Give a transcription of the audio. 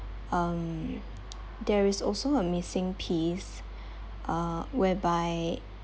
um there is also a missing piece uh whereby